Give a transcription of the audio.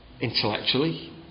intellectually